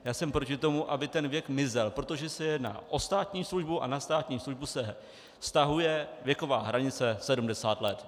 Já jsem proti tomu, aby ten věk mizel, protože se jedná o státní službu a na státní službu se vztahuje věková hranice 70 let.